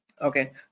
Okay